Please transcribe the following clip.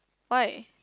why